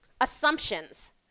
assumptions